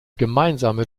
gemeinsame